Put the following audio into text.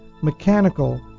mechanical